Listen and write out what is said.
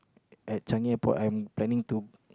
at Changi-Airport I'm planning to